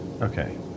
Okay